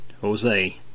Jose